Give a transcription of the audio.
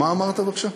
מה אמרת, בבקשה?